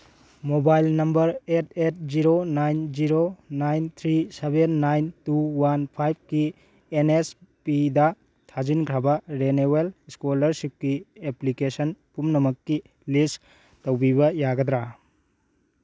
mobile number eight eight zero nine zero nine three seven nine two one ꯐꯥꯏꯚꯀꯤ ꯑꯦꯟ ꯅꯦꯁ ꯄꯤꯗ ꯊꯥꯖꯤꯟꯈ꯭ꯔꯕ ꯔꯦꯅꯦꯋꯦꯜ ꯏꯁꯀꯣꯂꯥꯔꯁꯤꯞꯀꯤ ꯑꯦꯄ꯭ꯂꯤꯀꯦꯁꯟ ꯄꯨꯝꯅꯃꯛꯀꯤ ꯂꯤꯁ ꯇꯧꯕꯤꯕ ꯌꯥꯒꯗ꯭ꯔ